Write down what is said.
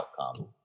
outcome